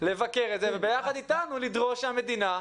לבקר את זה, וביחד אתנו לדרוש את זה מהמדינה.